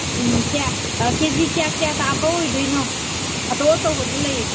ꯎꯝ K G ꯀꯌꯥ ꯀꯌꯥ ꯇꯥꯕ ꯑꯣꯏꯗꯣꯏꯅꯣ ꯑꯆꯧ ꯑꯆꯧꯕꯁꯨ ꯂꯩ